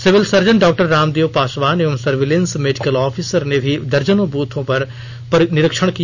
civil surgeon Dr Ramdev Paswan एवं surveillance medical officer ने भी दर्जनों पोलियो बूथों का निरीक्षण किया